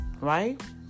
right